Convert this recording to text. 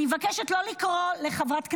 אני מבקשת לא לקרוא לחברת כנסת,